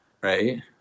right